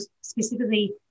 specifically